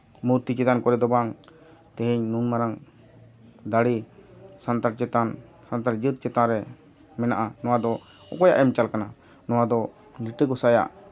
ᱢᱩᱨᱛᱤ ᱪᱮᱛᱟᱱ ᱠᱚᱨᱮ ᱫᱚ ᱵᱟᱝ ᱛᱮᱦᱤᱧ ᱱᱩᱱ ᱢᱟᱨᱟᱝ ᱫᱟᱲᱮ ᱥᱟᱱᱛᱟᱲ ᱪᱮᱛᱟᱱ ᱥᱟᱱᱛᱟᱲ ᱡᱟᱹᱛ ᱪᱮᱛᱟᱱ ᱨᱮ ᱢᱮᱱᱟᱜᱼᱟ ᱱᱚᱣᱟᱫᱚ ᱚᱠᱚᱭᱟᱜ ᱮᱢ ᱪᱟᱞ ᱠᱟᱱᱟ ᱱᱚᱣᱟᱫᱚ ᱞᱤᱴᱟᱹ ᱜᱚᱸᱥᱟᱭᱟᱜ